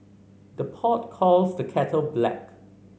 the pot calls the kettle black